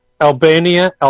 Albania